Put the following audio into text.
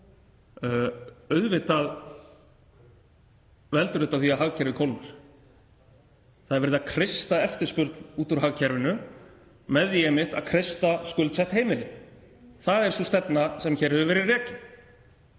Auðvitað veldur þetta því að hagkerfið kólnar. Það er verið að kreista eftirspurn út úr hagkerfinu með því einmitt að kreista skuldsett heimili. Það er sú stefna sem hér hefur verið rekin.